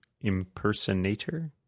impersonator